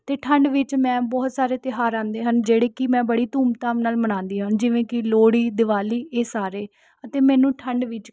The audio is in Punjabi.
ਅਤੇ ਠੰਢ ਵਿੱਚ ਮੈਂ ਬਹੁਤ ਸਾਰੇ ਤਿਉਹਾਰ ਆਉਂਦੇ ਹਨ ਜਿਹੜੇ ਕਿ ਮੈਂ ਬੜੀ ਧੂਮ ਧਾਮ ਨਾਲ ਮਨਾਉਂਦੀ ਹਾਂ ਜਿਵੇਂ ਕਿ ਲੋਹੜੀ ਦਿਵਾਲੀ ਇਹ ਸਾਰੇ ਅਤੇ ਮੈਨੂੰ ਠੰਢ ਵਿੱਚ